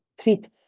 treat